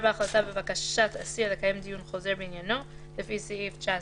החלטה בבקשת אסיר לקיים דיון חוזר בעניינו לפי סעיף 19(5)